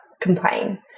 complain